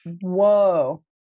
Whoa